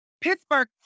Pittsburgh